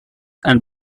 and